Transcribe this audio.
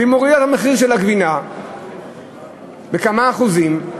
והיא מורידה את המחיר של הגבינה בכמה אחוזים,